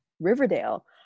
Riverdale